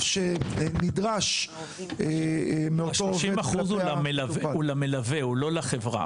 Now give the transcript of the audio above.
שנדרש מאותו עובד --- ה-30% הם למלווה; לא לחברה.